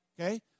Okay